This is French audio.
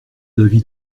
l’avis